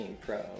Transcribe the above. Pro